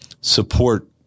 support